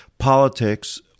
politics